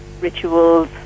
rituals